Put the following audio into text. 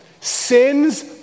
Sin's